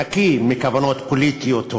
שנקי מכוונות פוליטיות,